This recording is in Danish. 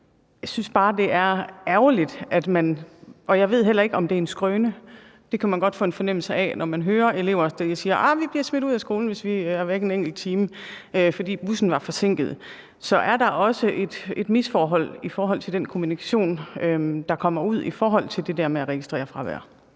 Jeg synes bare, det er ærgerligt. Jeg ved ikke, om det er en skrøne, men det kan man godt få en fornemmelse af, når man hører elever sige: Vi bliver smidt ud af skolen, hvis vi er væk en enkelt time, fordi bussen er forsinket. Men er der noget, der kan misforstås i den kommunikation, der kommer ud, om det med at registrere fravær?